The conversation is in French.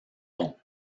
bon